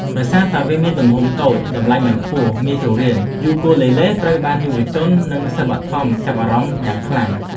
ដោយសារតែវាមានទំហំតូច តម្លៃមិនខ្ពស់ និងងាយស្រួលរៀន យូគូលេលេត្រូវបានយុវជន និងសិស្សបឋមសិក្សាចាប់អារម្មណ៍យ៉ាងខ្លាំង។